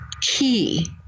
key